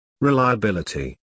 Reliability